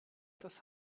das